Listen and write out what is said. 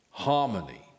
harmony